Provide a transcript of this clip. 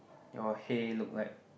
your hay look like